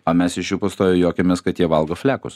o mes iš jų pastoviai juokiamės kad jie valgo flekus